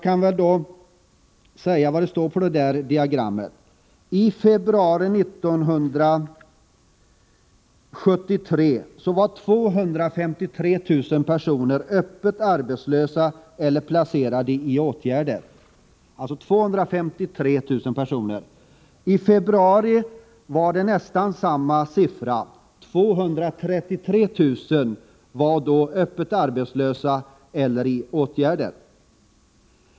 I februari 1973 var 253 000 personer öppet arbetslösa eller placerade i åtgärder. I februari 1980 var läget nästan detsamma — 233 000 personer var öppet arbetslösa eller befann sig i åtgärder.